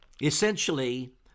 essentially